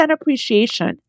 appreciation